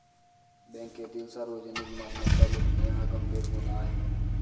बँकेतील सार्वजनिक मालमत्ता लुटणे हा गंभीर गुन्हा आहे